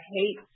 hate